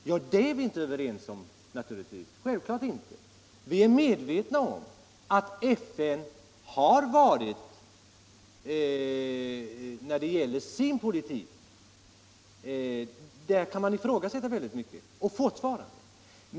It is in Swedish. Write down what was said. Ja, vi är självklart inte överens om det bidraget. Och vi är medvetna om att man fortfarande kan ifrågasätta mycket i FN:s politik.